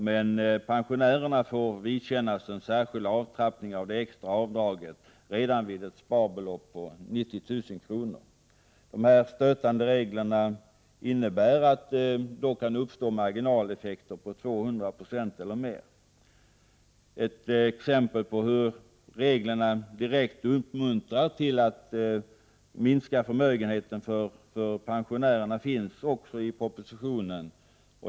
Men pensionärerna får vidkännas en särskild avtrappning av det extra avdraget redan vid ett sparbelopp på 90 000 kr. Dessa stötande regler gör att det kan uppstå marginaleffekter på 200 96 eller mer. Ett exempel på hur reglerna direkt uppmuntrar till förmögenhetsminskning när det gäller pensionärerna finns också i propositionen.